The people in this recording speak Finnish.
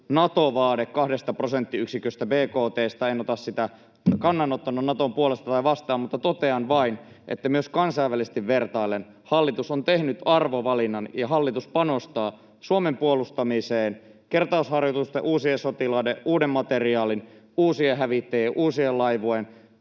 Nato-vaade 2 prosenttiyksiköstä bkt:stä. En pidä sitä kannanottona Naton puolesta tai vastaan, vaan totean vain, että myös kansainvälisesti vertaillen hallitus on tehnyt arvovalinnan ja hallitus panostaa Suomen puolustamiseen kertausharjoitusten, uusien sotilaiden, uuden materiaalin, uusien hävittäjien, uuden laivueen,